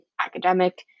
academic